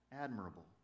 admirable